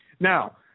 Now